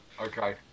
Okay